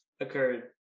occurred